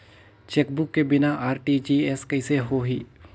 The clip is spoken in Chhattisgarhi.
चेकबुक के बिना आर.टी.जी.एस कइसे होही?